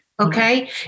Okay